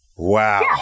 Wow